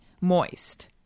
moist